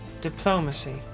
diplomacy